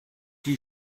die